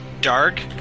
Dark